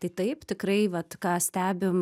tai taip tikrai vat ką stebim